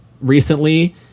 recently